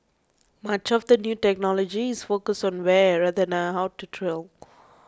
much of the new technology is focused on where rather than how to drill